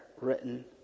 written